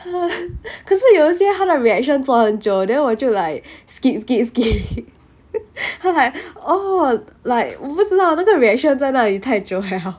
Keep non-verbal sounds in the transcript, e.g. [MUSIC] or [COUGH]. [LAUGHS] 可是有些他的 reaction 做很久 then 我就 like skip skip skip like 他 like oh like 我不知道那个 reaction 在那里太久